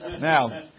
Now